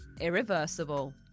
Irreversible